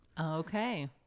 Okay